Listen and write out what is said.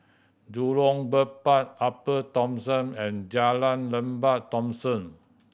Jurong Bird Park Upper Thomson and Jalan Lembah Thomson